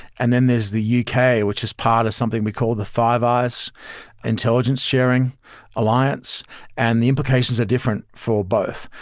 and then there's the yeah uk, which is part of something we call the five eyes intelligence sharing alliance and the implications are different for both.